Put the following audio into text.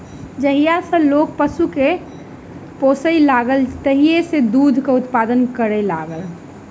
जहिया सॅ लोक पशु के पोसय लागल तहिये सॅ दूधक उत्पादन करय लागल